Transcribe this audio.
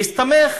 בהסתמך